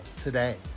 today